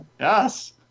Yes